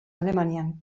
alemanian